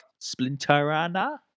Splinterana